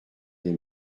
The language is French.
des